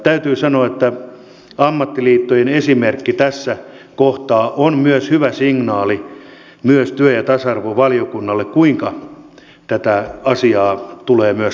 täytyy sanoa että ammattiliittojen esimerkki tässä kohtaa on hyvä signaali myös työelämä ja tasa arvovaliokunnalle siitä kuinka tätä asiaa tulee myös tarkastella